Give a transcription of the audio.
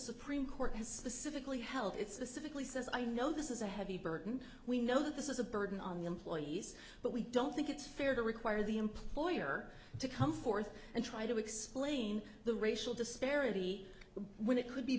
supreme court has specifically held it's the civically says i know this is a heavy burden we know this is a burden on the employees but we don't think it's fair to require the employer to come forth and try to explain the racial disparity when it could be